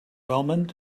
wellman